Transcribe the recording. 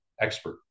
expert